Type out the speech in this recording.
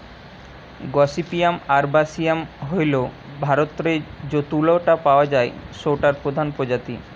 gossypium arboreum হইল ভারতরে যৌ তুলা টা পাওয়া যায় সৌটার প্রধান প্রজাতি